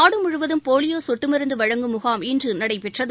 நாடுமுழுவதும் போலியோ சொட்டு மருந்து வழங்கும் முகாம் இன்று நடைபெற்றது